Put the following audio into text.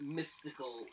mystical